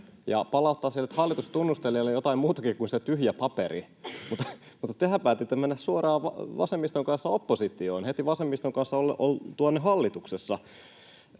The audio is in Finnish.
ja palauttaa hallitustunnustelijalle jotain muutakin kuin se tyhjä paperi. Mutta tehän päätitte mennä suoraan vasemmiston kanssa oppositioon, heti oltuanne vasemmiston kanssa hallituksessa.